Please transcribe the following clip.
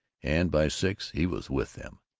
and by six he was with them.